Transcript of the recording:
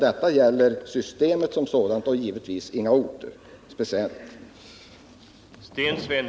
Det är alltså systemet som sådant jag talar om, givetvis inga speciella orter.